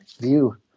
view